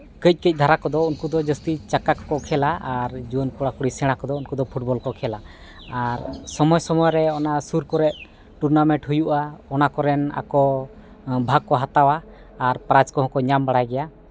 ᱠᱟᱹᱡ ᱠᱟᱹᱡ ᱫᱷᱟᱨᱟ ᱠᱚᱫᱚ ᱩᱱᱠᱩ ᱫᱚ ᱡᱟᱹᱥᱛᱤ ᱪᱟᱠᱟ ᱠᱚ ᱠᱚ ᱠᱷᱮᱞᱟ ᱟᱨ ᱡᱩᱭᱟᱹᱱ ᱠᱚᱲᱟ ᱠᱩᱲᱤ ᱥᱮᱬᱟ ᱠᱚᱫᱚ ᱩᱱᱠᱩᱫᱚ ᱯᱷᱩᱴᱵᱚᱞ ᱠᱚ ᱠᱷᱮᱞᱟ ᱟᱨ ᱥᱚᱢᱚᱭ ᱥᱚᱢᱚᱭ ᱨᱮ ᱚᱱᱟ ᱥᱩᱨ ᱠᱚᱨᱮᱫ ᱴᱩᱨᱱᱟᱢᱮᱱᱴ ᱦᱩᱭᱩᱜᱼᱟ ᱚᱱᱟᱠᱚᱨᱮᱱ ᱟᱠᱚ ᱵᱷᱟᱜ ᱠᱚ ᱦᱟᱛᱟᱣᱟ ᱟᱨ ᱯᱨᱟᱭᱤᱡᱽ ᱠᱚᱦᱚᱸ ᱠᱚ ᱧᱟᱢ ᱵᱟᱲᱟᱭ ᱜᱮᱭᱟ